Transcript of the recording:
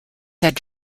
etc